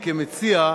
מבחינתי, כמציע,